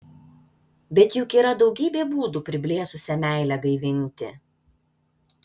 bet juk yra daugybė būdų priblėsusią meilę gaivinti